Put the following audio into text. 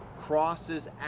crosses